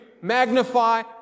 magnify